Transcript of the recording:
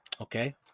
Okay